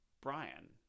Brian